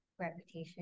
reputation